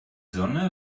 sonne